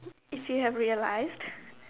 if you have realised